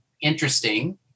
interesting